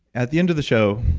at the end of the show,